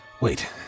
Wait